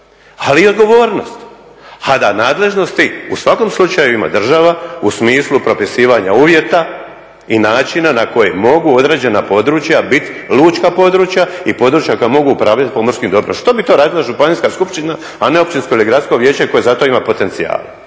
ali i odgovornost. A da nadležnosti u svakom slučaju ima država u smislu propisivanja uvjeta i načina na koji mogu određena područja biti lučka područja i područja koja mogu upravljati pomorskim dobrom. Što bi to radila županijska skupština, a ne općinsko ili gradsko vijeće koje za to ima potencijala?